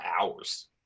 hours